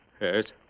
Yes